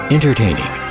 Entertaining